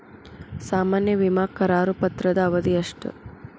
ಸಾಮಾನ್ಯ ವಿಮಾ ಕರಾರು ಪತ್ರದ ಅವಧಿ ಎಷ್ಟ?